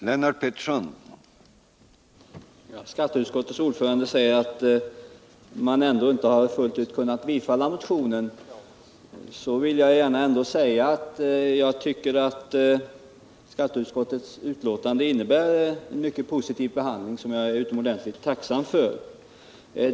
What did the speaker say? Herr talman! Skatteutskottets ordförande säger att man inte har kunnat fullt ut tillstyrka motionen, men jag vill ändå gärna säga att jag tycker att skatteutskottets betänkande innebär en mycket positiv behandling, som jag är utomordentligt tacksam för.